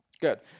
Good